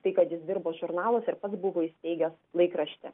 tai kad jis dirbo žurnaluose ir pats buvo įsteigęs laikraštį